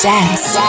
Dance